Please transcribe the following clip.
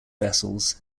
vessels